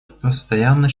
постоянно